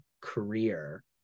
career